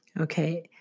Okay